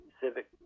civic